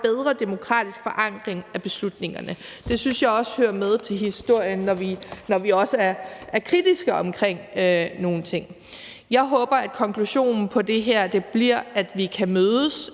bedre demokratisk forankring af beslutningerne.« Det synes jeg også hører med til historien, når vi er kritiske over for nogle ting. Jeg håber, at konklusionen på det her bliver, at vi kan mødes;